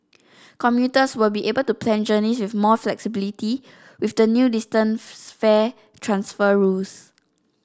commuters will be able to plan journeys with more flexibility with the new distance fare transfer rules